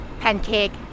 pancake